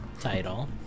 title